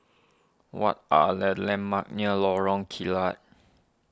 what are the landmarks near Lorong Kilat